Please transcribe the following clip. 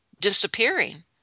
disappearing